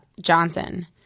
Johnson